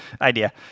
idea